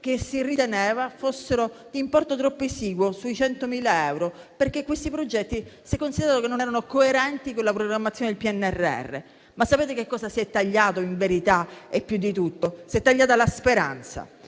che si riteneva fossero di importo troppo esiguo, sui 100.000 euro. Questi progetti si è considerato che non fossero coerenti con la programmazione del PNRR, ma sapete che cosa si è tagliato in verità e più di tutto? Si è tagliata la speranza,